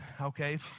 okay